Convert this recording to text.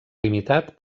limitat